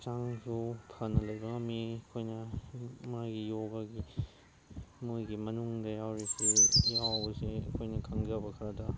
ꯍꯛꯆꯥꯡꯁꯨ ꯐꯅ ꯂꯩꯕ ꯉꯝꯃꯤ ꯑꯩꯈꯣꯏꯅ ꯃꯥꯒꯤ ꯌꯣꯒꯥꯒꯤ ꯃꯣꯏꯒꯤ ꯃꯅꯨꯡꯗ ꯌꯥꯎꯔꯤꯁꯦ ꯌꯥꯎꯕꯁꯦ ꯑꯩꯈꯣꯏꯅ ꯈꯪꯖꯕ ꯈꯔꯗ